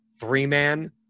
three-man